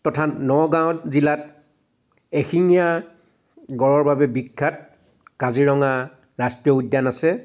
তথা নগাঁৱত জিলাত এশিঙিয়া গড়ৰ বাবে বিখ্যাত কাজিৰঙা ৰাষ্ট্ৰীয় উদ্যান আছে